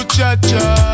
Cha-cha